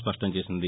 స్పష్టం చేసింది